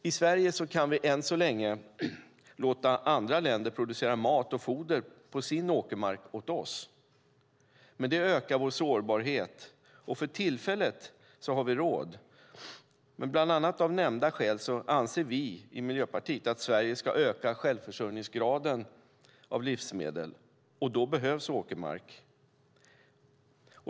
I Sverige kan vi än så länge låta andra länder producera mat och foder på sin åkermark åt oss, men det ökar vår sårbarhet. För tillfället har vi råd, men bland annat av nämnda skäl anser vi i Miljöpartiet att Sverige ska öka självförsörjningsgraden när det gäller livsmedel, och då behövs åkermark.